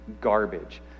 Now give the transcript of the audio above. garbage